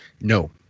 No